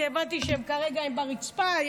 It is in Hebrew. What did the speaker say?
כי הבנתי שכרגע הם ברצפה,